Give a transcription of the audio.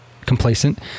complacent